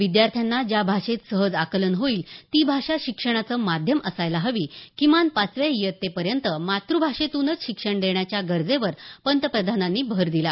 विद्यार्थ्यांना ज्या भाषेत सहज आकलन होईल ती भाषा शिक्षणाचं माध्यम असायला हवी किमान पाचव्या इयत्तेपर्यंत मातुभाषेतूनच शिक्षण देण्याच्या गरजेवर पंतप्रधानांनी भर दिला